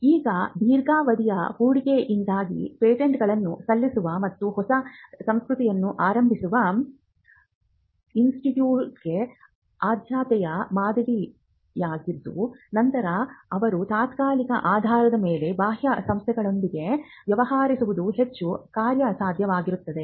ಈಗ ದೀರ್ಘಾವಧಿಯ ಹೂಡಿಕೆಯಿಂದಾಗಿ ಪೇಟೆಂಟ್ಗಳನ್ನು ಸಲ್ಲಿಸುವ ಮತ್ತು ಹೊಸ ಸಂಸ್ಕೃತಿಯನ್ನು ಆರಂಭಿಸುವ ಇನ್ಸ್ಟಿಟ್ಯೂಟ್ಗೆ ಆದ್ಯತೆಯ ಮಾದರಿಯಾಗಿದ್ದು ನಂತರ ಅವರು ತಾತ್ಕಾಲಿಕ ಆಧಾರದ ಮೇಲೆ ಬಾಹ್ಯ ಸಂಸ್ಥೆಗಳೊಂದಿಗೆ ವ್ಯವಹರಿಸುವುದು ಹೆಚ್ಚು ಕಾರ್ಯಸಾಧ್ಯವಾಗುತ್ತದೆ